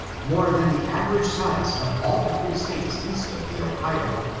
more than the average size of all the free states east of the ohio,